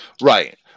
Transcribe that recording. Right